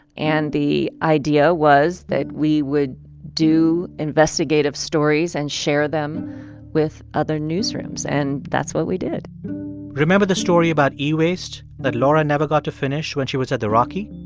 and the idea was that we would do investigative stories and share them with other newsrooms, and that's what we did remember the story about e-waste that laura never got to finish when she was at the rocky?